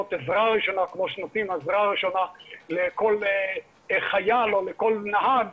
לעזרה ראשונה כמו שנותנים לכל חייל או לכל נהג.